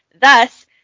Thus